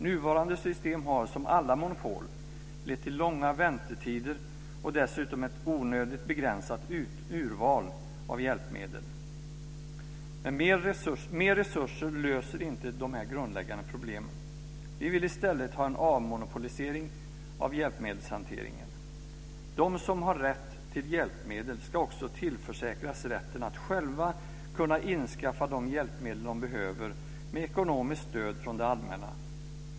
Nuvarande system har, som alla monopol, lett till långa väntetider och dessutom ett onödigt begränsat urval av hjälpmedel. Mer resurser löser inte dessa grundläggande problem. Vi vill i stället ha en avmonopolisering av hjälpmedelshanteringen. De som har rätt till hjälpmedel ska också tillförsäkras rätten att själva kunna införskaffa de hjälpmedel som de behöver med ekonomiskt stöd från det allmänna.